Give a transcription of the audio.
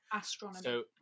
Astronomy